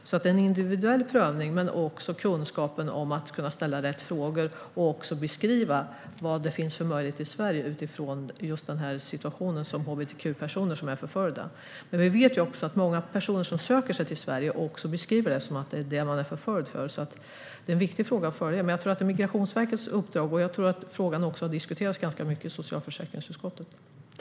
Det är en individuell prövning, men det handlar också om kunskap att kunna ställa rätt frågor och också beskriva vad det finns för möjligheter i Sverige utifrån förföljda hbtq-personers situation. Vi vet även att många personer som söker sig till Sverige beskriver detta som det som man förföljs för, så det är en viktig fråga att följa. Jag tror dock att det är Migrationsverkets uppdrag, och jag tror att frågan också har diskuterats ganska mycket i socialförsäkringsutskottet.